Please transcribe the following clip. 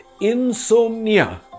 insomnia